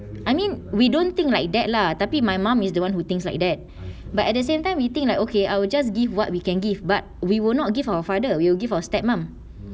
I mean we don't think like that lah tapi my mum is the one who thinks like that but at the same time we think like okay I will just give what we can give but we will not give our father we will give our step mum